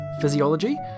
physiology